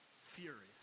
furious